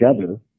together